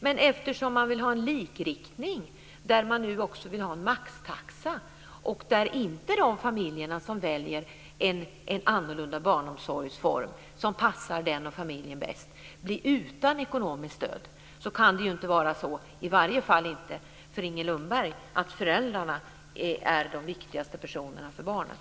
Men eftersom man vill ha en likriktning - där man nu också vill införa en maxtaxa - och de familjer som väljer en annorlunda barnomsorgsform, som passar familjen bäst, blir utan ekonomiskt stöd, kan det i varje fall inte för Inger Lundberg vara så att föräldrarna är de viktigaste personerna för barnen.